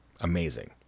amazing